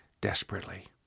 desperately